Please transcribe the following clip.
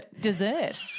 dessert